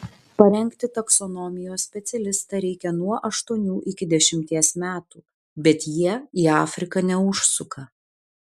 parengti taksonomijos specialistą reikia nuo aštuonių iki dešimties metų bet jie į afriką neužsuka